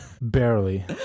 Barely